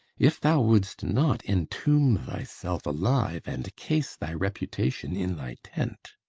if thou wouldst not entomb thyself alive and case thy reputation in thy tent,